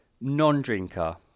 non-drinker